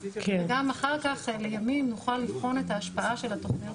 וגם אחר כך לימים נוכל לבחון את ההשפעה של התוכניות